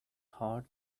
heart